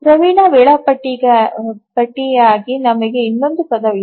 ಪ್ರವೀಣ ವೇಳಾಪಟ್ಟಿಯಾಗಿ ನಮಗೆ ಇನ್ನೊಂದು ಪದವಿದೆ